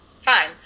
fine